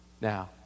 Now